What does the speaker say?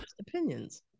opinions